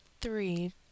three